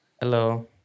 Hello